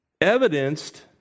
evidenced